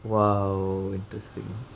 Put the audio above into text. !wow! interesting